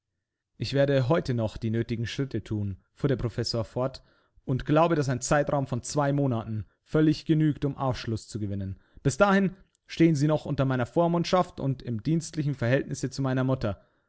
ich werde heute noch die nötigen schritte thun fuhr der professor fort und glaube daß ein zeitraum von zwei monaten völlig genügt um aufschluß zu gewinnen bis dahin stehen sie noch unter meiner vormundschaft und im dienstlichen verhältnisse zu meiner mutter